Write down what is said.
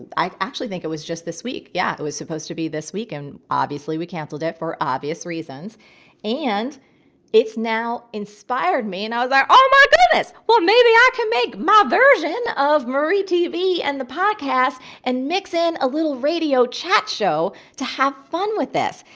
i actually think it was just this week. yeah, it was supposed to be this weekend. obviously, we canceled it for obvious reasons and it's now inspired me and i was like, oh my goodness, well maybe i can make my version of marietv and the podcast and mix in a little radio chat show to have fun with this.